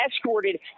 escorted